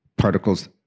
particles